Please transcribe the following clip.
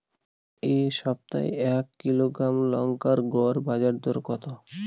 এই সপ্তাহে এক কিলোগ্রাম লঙ্কার গড় বাজার দর কত?